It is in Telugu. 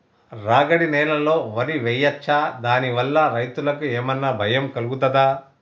రాగడి నేలలో వరి వేయచ్చా దాని వల్ల రైతులకు ఏమన్నా భయం కలుగుతదా?